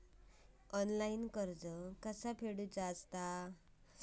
Online कर्ज कसा फेडायचा?